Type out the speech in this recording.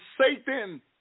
Satan